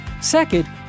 Second